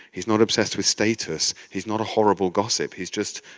he's not obsessed with status, he's not a horrible gossip, he's just.